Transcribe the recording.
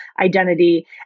identity